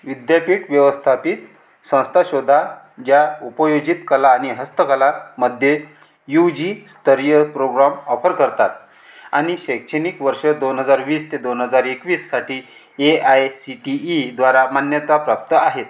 विद्यापीठ व्यवस्थापित संस्था शोधा ज्या उपयोजित कला आणि हस्तकलामध्ये यूजीस्तरीय प्रोग्राम ऑफर करतात आणि शैक्षणिक वर्ष दोन हजार वीस ते दोन हजार एकवीससाठी A I C T E द्वारा मान्यताप्राप्त आहेत